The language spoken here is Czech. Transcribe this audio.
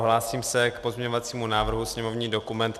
Hlásím se k pozměňovacímu návrhu sněmovní dokument 1523.